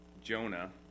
Jonah